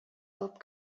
алып